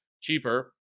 cheaper